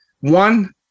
one